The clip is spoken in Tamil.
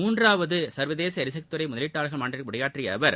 மூன்றாவதுசர்வதேசளரிசக்திதுறைமுதலீட்டாளர்கள் மாநாட்டில் உரையாற்றியஅவர்